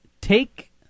Take